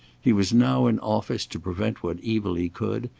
he was now in office to prevent what evil he could,